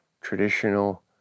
traditional